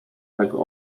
tego